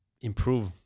improve